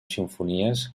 simfonies